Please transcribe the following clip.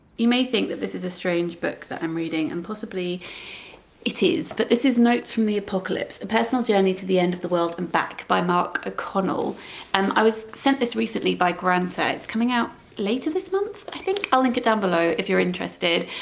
you may think that this is a strange book that i'm reading and possibly it is but this is notes from the apocalypse a personal journey to the end of the world and back by mark ah o'connell and i was sent this recently by granta, it's coming out later this month, i'll link it down below if you're interested.